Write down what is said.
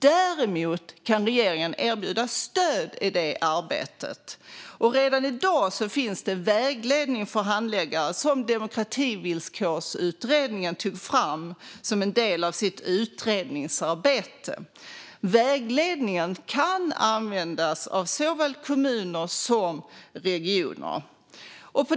Regeringen kan däremot erbjuda stöd i det arbetet. Redan i dag finns det en vägledning för handläggare som Demokrativillkorsutredningen tog fram som en del av sitt utredningsarbete. Vägledningen kan användas av såväl kommuner som regioner.